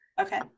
okay